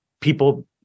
people